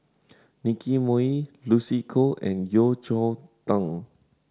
Nicky Moey Lucy Koh and Yeo Cheow Tong